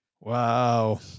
wow